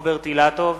רוברט אילטוב,